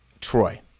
Troy